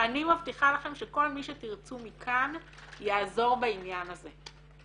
אני מבטיחה לכם שכל מי שתרצו מכאן יעזור בעניין הזה.